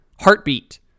heartbeat